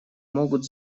могут